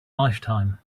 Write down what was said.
lifetime